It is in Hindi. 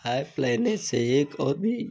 ऐप लेने से एक और भी